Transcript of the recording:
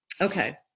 Okay